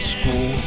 School